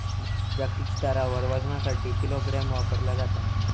जागतिक स्तरावर वजनासाठी किलोग्राम वापरला जाता